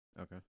Okay